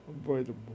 avoidable